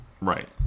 Right